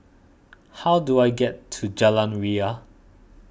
how do I get to Jalan Ria